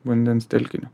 vandens telkinio